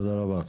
תודה רבה.